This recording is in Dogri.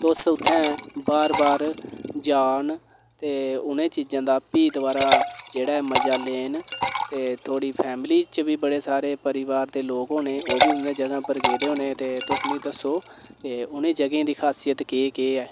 तुस उ'त्थें बार बार जान ते उ'नें चीजें दा भी दुबारा जेह्ड़ा ऐ मजा लेन ते थुआढ़ी फैमली च बी बड़े सारे परिवार दे लोक होने ओह् बी उ'नें जगहें उप्पर गेदे होने ते तुस मिगी दस्सो उ'नें जगहें दी ख़ासियत केह् केह् ऐ